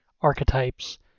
archetypes